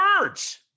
words